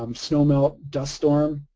um snow melt dust storm.